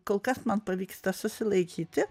kol kas man pavyksta susilaikyti